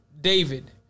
David